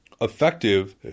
effective